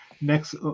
next